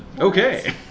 Okay